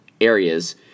areas